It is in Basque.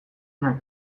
naiz